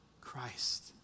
Christ